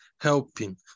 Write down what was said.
helping